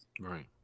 right